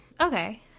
okay